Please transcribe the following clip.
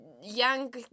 Young